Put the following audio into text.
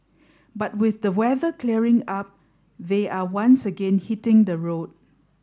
but with the weather clearing up they are once again hitting the road